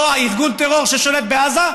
לא ארגון הטרור ששולט בעזה,